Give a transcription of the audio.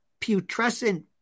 putrescent